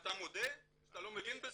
אתה מודה שאתה לא מבין בזה?